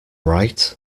right